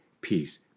peace